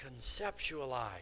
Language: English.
conceptualize